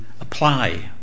apply